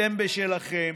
אתם בשלכם,